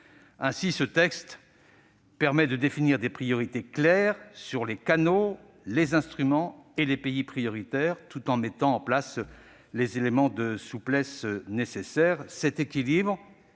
Ainsi, ce texte permet de définir des priorités claires sur les canaux, les instruments et les pays prioritaires, tout en mettant en place les éléments de souplesse nécessaires. Cet équilibre,